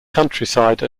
countryside